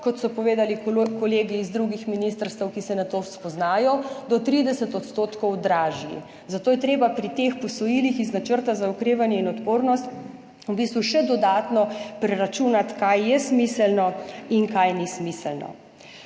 kot so povedali kolegi z drugih ministrstev, ki se na to spoznajo, do 30 % dražji. Zato je treba pri teh posojilih iz Načrta za okrevanje in odpornost v bistvu še dodatno preračunati, kaj je smiselno in kaj ni smiselno.